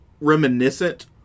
reminiscent